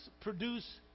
produce